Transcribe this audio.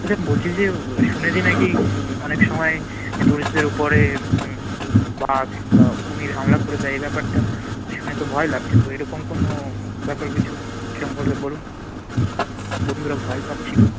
আচ্ছা বলছি যে শুনেছি নাকি অনেক সময় ট্যুরিস্টদের উপরে বাঘ কিংবা কুমির হামলা করে দেয় এ ব্যাপারটা শুনে তো ভয় লাগছে তো এরকম কোনো ব্যাপার কিছু সেরকম হলে বলুন বন্ধুরা ভয় পাচ্ছিল